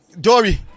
Dory